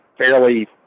fairly